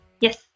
Yes